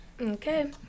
Okay